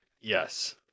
Yes